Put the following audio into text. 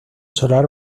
solar